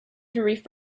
through